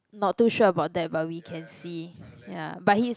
not too sure about that but we can see ya but he's